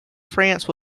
france